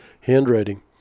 handwriting